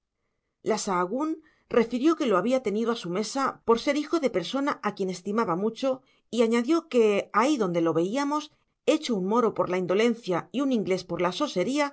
la sahagún refirió que lo había tenido a su mesa por ser hijo de persona a quien estimaba mucho y añadió que ahí donde lo veíamos hecho un moro por la indolencia y un inglés por la